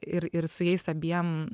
ir ir su jais abiem